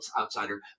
outsider